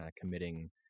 committing